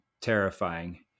Terrifying